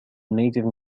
native